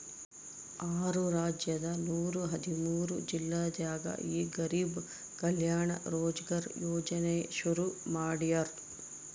ಆರು ರಾಜ್ಯದ ನೂರ ಹದಿಮೂರು ಜಿಲ್ಲೆದಾಗ ಈ ಗರಿಬ್ ಕಲ್ಯಾಣ ರೋಜ್ಗರ್ ಯೋಜನೆ ಶುರು ಮಾಡ್ಯಾರ್